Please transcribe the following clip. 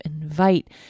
invite